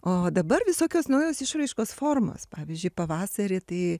o dabar visokios naujos išraiškos formos pavyzdžiui pavasarį tai